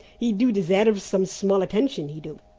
he do deserve some small attention, he do.